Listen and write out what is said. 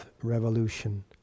revolution